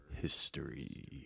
history